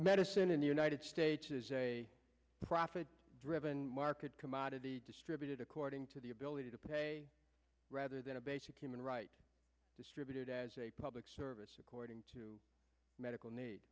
medicine in the united states is a profit driven market commodity distributed according to the ability to pay rather than a basic human right distributed as a public service according to medical need